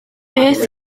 beth